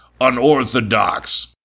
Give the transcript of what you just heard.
unorthodox